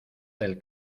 del